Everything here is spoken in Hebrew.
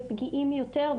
ופגיעים יותר,